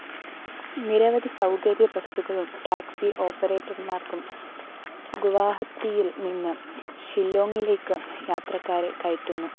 നിരവധി സൗകര്യ ബസുകളും ടാക്സി ഓപ്പറേറ്റർമാർക്കും ഗുവാഹത്തിയിൽ നിന്ന് ഷില്ലോങ്ങിലേക്ക് യാത്രക്കാരെ കയറ്റുന്നു